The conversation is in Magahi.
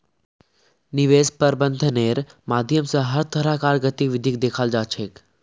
निवेश प्रबन्धनेर माध्यम स हर तरह कार गतिविधिक दखाल जा छ